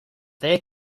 their